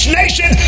nation